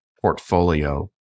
portfolio